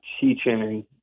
teaching